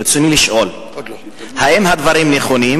רצוני לשאול: 1. האם הדברים נכונים?